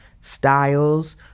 styles